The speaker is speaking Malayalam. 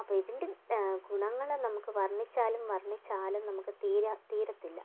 അപ്പോൾ ഇതിൻ്റെ ഗുണങ്ങളെ നമുക്ക് വർണിച്ചാലും വർണിച്ചാലും നമുക്ക് തീരത്തില്ല തീരത്തില്ല